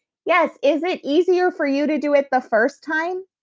yes, is it easier for you to do it the first time?